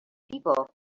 people